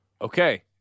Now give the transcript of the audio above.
Okay